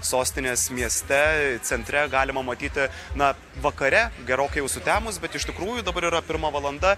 sostinės mieste centre galima matyti na vakare gerokai jau sutemus bet iš tikrųjų dabar yra pirma valanda